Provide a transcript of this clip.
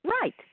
Right